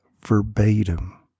verbatim